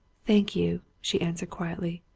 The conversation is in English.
thank you! she answered quietly.